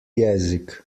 jezik